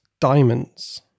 diamonds